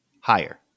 Higher